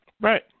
Right